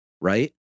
right